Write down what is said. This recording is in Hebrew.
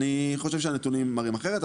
אני חושב שהנתונים מראים אחרת,